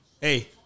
Hey